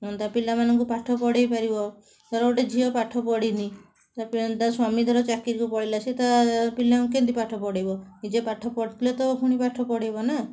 ନହେଲେ ତା ପିଲାମାନଙ୍କୁ ପାଠ ପଢ଼ାଇ ପାରିବ ଧର ଗୋଟେ ଝିଅ ପାଠ ପଢ଼ିନି ତା ସ୍ୱାମୀ ଧର ଚାକିରିକୁ ପଳାଇଲା ସେ ତା ପିଲାଙ୍କୁ କେମିତି ପାଠ ପଢ଼ାଇବ ନିଜେ ପାଠ ପଢ଼ିଥିଲେ ତ ପୁଣି ପାଠ ପଢ଼ାଇବ ନା